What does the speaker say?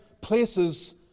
places